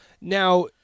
Now